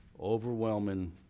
overwhelming